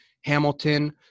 Hamilton